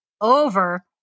over